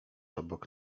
obok